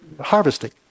harvesting